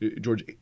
George